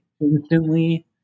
instantly